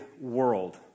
world